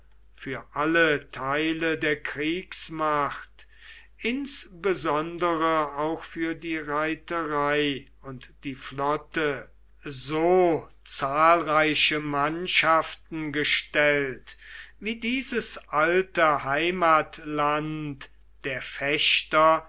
für alle teile der kriegsmacht insbesondere auch für die reiterei und die flotte so zahlreiche mannschaften gestellt wie dieses alte heimatland der